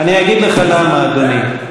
אני אגיד לך למה, אדוני.